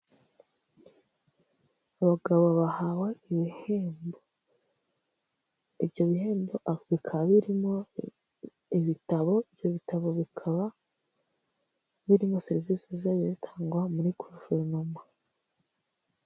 Abagabo bahawe ibihembo, ibyo bihembo bikaba birimo ibitabo, ibyo bitabo bikaba birimo serivisi zizajya zitangwa muri guverinoma.